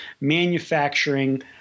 manufacturing